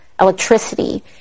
electricity